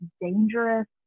dangerous